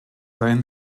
sein